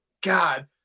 God